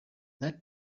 that